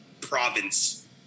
Province